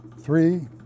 Three